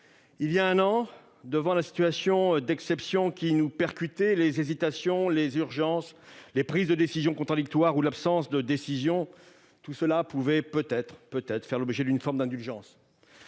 Il y a un an, devant la situation d'exception qui nous percutait, les hésitations, les urgences, les prises de décisions contradictoires ou encore l'absence de décisions pouvaient faire l'objet d'une forme d'indulgence.